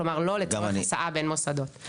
כלומר לא לצורך הסעה בין מוסדות.